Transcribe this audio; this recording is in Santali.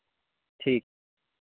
ᱴᱷᱤᱠ